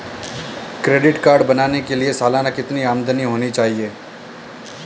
Credit card बनाने के लिए सालाना कितनी आमदनी होनी चाहिए?